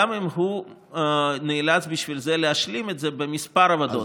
גם אם בשביל זה הוא נאלץ להשלים את זה בכמה עבודות.